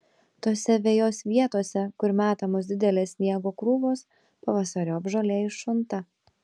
tose vejos vietose kur metamos didelės sniego krūvos pavasariop žolė iššunta